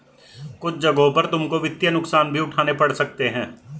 कुछ जगहों पर तुमको वित्तीय नुकसान भी उठाने पड़ सकते हैं